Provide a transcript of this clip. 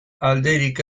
alderik